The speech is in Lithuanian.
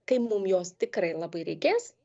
kai mum jos tikrai labai reikės